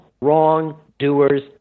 wrongdoers